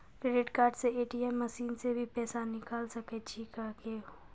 Credit card से ATM machine से भी पैसा निकल सकै छि का हो?